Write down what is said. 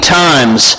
times